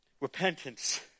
repentance